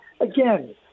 again